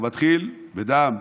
הוא מתחיל בדם,